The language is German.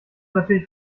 natürlich